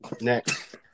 Next